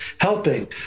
helping